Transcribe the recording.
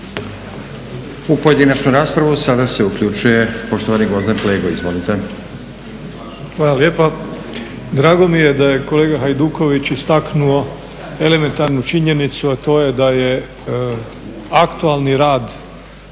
U pojedinačnu raspravu sada se uključuje poštovani Gvozden Flego. Izvolite. **Flego, Gvozden Srećko (SDP)** Hvala lijepa. Drago mi je da je kolega Hajduković istaknuo elementarnu činjenicu, a to je da aktualni rad